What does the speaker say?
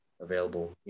available